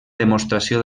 demostració